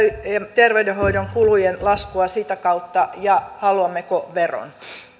terveydenhoidon kulujen laskua sitä kautta ja haluammeko veron